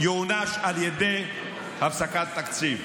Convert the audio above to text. יוענש על ידי הפסקת תקציב.